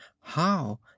How